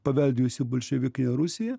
paveldėjusi bolševikinė rusija